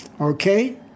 Okay